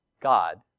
God